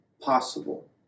possible